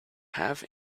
have